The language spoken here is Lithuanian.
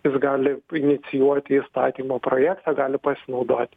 jis gali inicijuoti įstatymo projektą gali pasinaudot